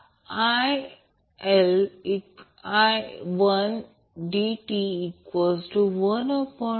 जर असे केले तर ते XCRC 2 XC 2 XLRL 2 XL 2 होईल